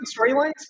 Storylines